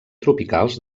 tropicals